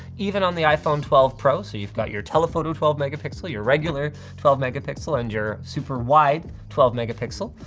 even on the iphone twelve pro. so you've got your telephoto twelve megapixel, your regular twelve megapixel, and your super-wide twelve megapixel.